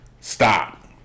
Stop